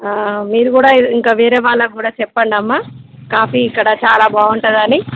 మీరు కూడా ఇంకా వేరే వాళ్ళకి కూడా చెప్పండమ్మా కాఫీ ఇక్కడ చాలా బాగుంటుందని